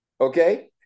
Okay